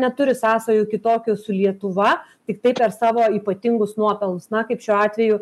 neturi sąsajų kitokių su lietuva tiktai per savo ypatingus nuopelnus na kaip šiuo atveju